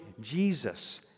Jesus